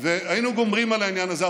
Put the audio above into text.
והיינו גומרים על העניין הזה.